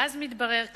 ואז מתברר כך: